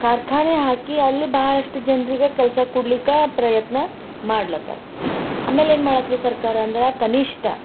ಕಾರ್ಖಾನೆ ಹಾಕಿ ಅಲ್ಲಿ ಭಾಳಷ್ಟು ಜನರಿಗೆ ಕೆಲಸ ಕೊಡ್ಲಿಕ್ಕ ಪ್ರಯತ್ನ ಮಾಡ್ಲತ್ತಾರಾ ಅಮೇಲೆ ಏನು ಮಾಡ್ಲತ್ತದ ಸರ್ಕಾರ ಅಂದ್ರೆ ಕನಿಷ್ಠ